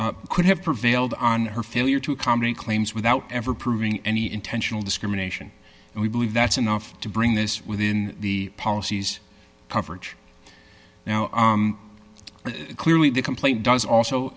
could have prevailed on her failure to accommodate claims without ever proving any intentional discrimination and we believe that's enough to bring this within the policies coverage now but clearly the complaint does also